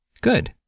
Good